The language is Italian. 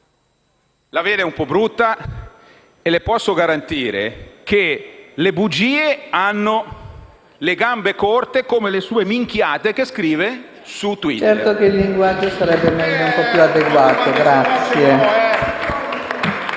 la vedrà un po' brutta: le posso garantire che le bugie hanno le gambe corte, come le "minchiate" che scrive su Twitter.